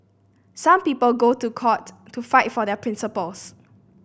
some people go to court to fight for their principles